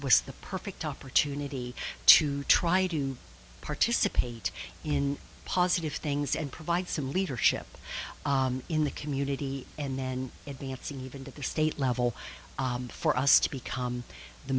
was the perfect opportunity to try to participate in positive things and provide some leadership in the community and then advance even that the state level for us to become the